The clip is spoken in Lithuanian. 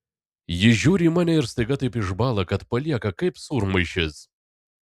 jis žiūri į mane ir staiga taip išbąla kad palieka kaip sūrmaišis